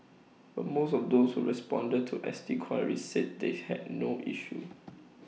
but most of those who responded to S T queries said they had no issue